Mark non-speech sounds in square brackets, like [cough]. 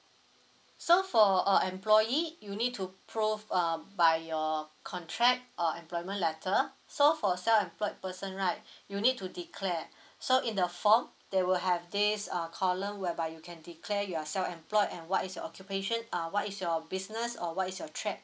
so for a employee you need to prove uh by your contract or employment letter so for self employed person right [breath] you need to declare [breath] so in the form they will have this uh column whereby you can declare you are self employed and what is your occupation uh what is your business or what is your track